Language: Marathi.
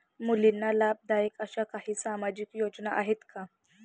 मुलींना लाभदायक अशा काही सामाजिक योजना आहेत का?